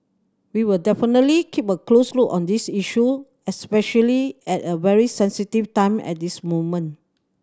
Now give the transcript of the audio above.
we will definitely keep a close look on this issue especially at a very sensitive time at this moment